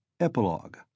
EPILOGUE